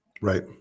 Right